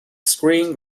screen